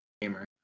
gamer